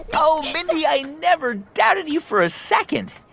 oh, mindy, i never doubted you for a second.